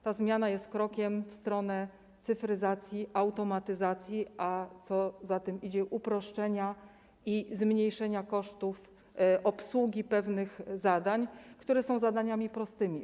Ta zmiana jest krokiem w stronę cyfryzacji, automatyzacji, a co za tym idzie, uproszczenia i zmniejszenia kosztów obsługi pewnych zadań, które są zadaniami prostymi.